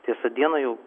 tiesa dieną jau